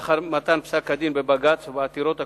לאחר מתן פסק-הדין בבג"ץ ובעתירות הקשורות,